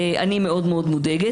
אני מאוד מאוד מודאגת.